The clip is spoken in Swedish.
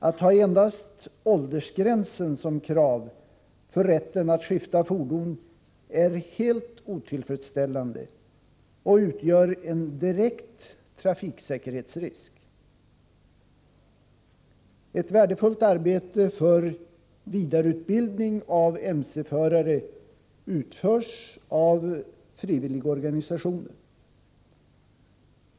Att endast åldersgränsen skall vara krav för rätten att skifta fordon är helt otillfredsställande och utgör en direkt trafiksäkerhetsrisk. Ett värdefullt arbete för vidareutbildning av mc-förare utförs av frivilligorganisationer.